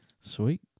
sweet